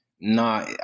nah